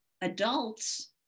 adults